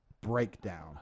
breakdown